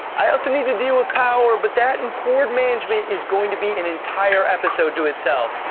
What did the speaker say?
i also need to deal with power but that and cord management is going to be an entire episode to itself.